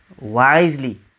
wisely